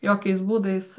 jokiais būdais